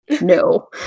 No